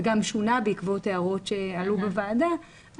וגם שונה בעקבות הערות שעלו בוועדה,